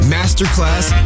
Masterclass